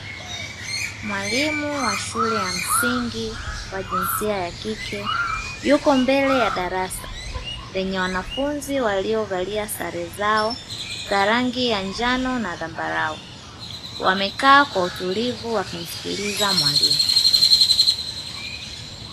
Mwalimu wa shule ya msingi wa jinsia ya kike yuko mbele ya darasa, lenye wanafunzi waliovalia sare zao za rangi ya njano na dhambarau, wamekaa kwa utulivu wakimsikiliza mwalimu.